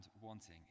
wanting